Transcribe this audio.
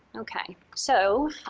ok. so,